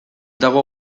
dago